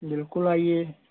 बिल्कुल आइए